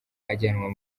ajyanwa